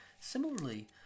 similarly